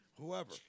whoever